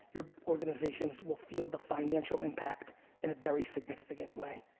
your organizations will feel the financial impact in a very significant way.